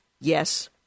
yes